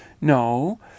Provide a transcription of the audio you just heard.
No